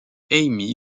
amy